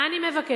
מה אני מבקשת?